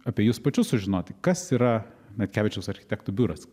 apie jus pačius sužinoti kas yra natkevičiaus architektų biuras